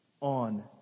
on